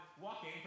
walking